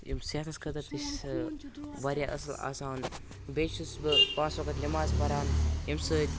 یِم صحتَس خٲطرٕ تہِ چھِ سُہ واریاہ اَصٕل آسان بیٚیہِ چھُس بہٕ پانٛژھ وقت پَران ییٚمہِ سۭتۍ